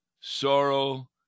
sorrow